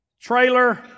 trailer